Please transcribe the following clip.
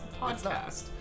podcast